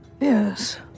Yes